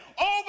over